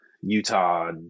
Utah